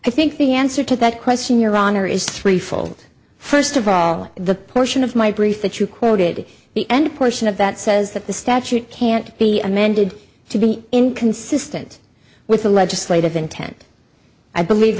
i think the answer to that question your honor is threefold first of all the portion of my brief that you quoted the end portion of that says that the statute can't be amended to be inconsistent with the legislative intent i believe